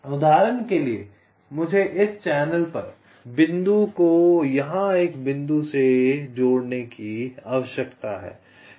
उदाहरण के लिए मुझे इस चैनल पर बिंदु को यहां एक बिंदु से जोड़ने की आवश्यकता है